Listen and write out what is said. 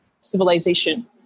civilization